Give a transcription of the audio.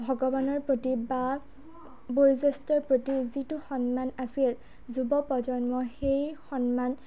ভগৱানৰ প্ৰতি বা বয়োজ্যেষ্ঠৰ প্ৰতি যিটো সন্মান আছিল যুৱপ্ৰজন্মৰ সেই সন্মান